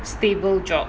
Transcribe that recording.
stable job